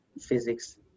physics